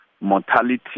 mortality